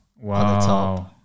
Wow